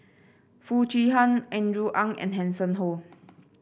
Foo Chee Han Andrew Ang and Hanson Ho